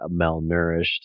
malnourished